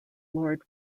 lord